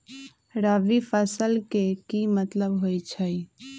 रबी फसल के की मतलब होई छई?